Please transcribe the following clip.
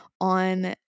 on